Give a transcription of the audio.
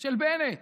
של בנט.